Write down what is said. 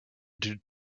due